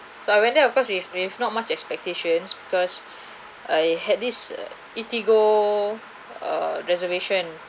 but I went there of course with with not much expectations because I had this err Eatigo err reservation